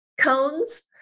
cones